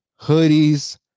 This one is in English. hoodies